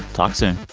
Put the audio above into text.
talk soon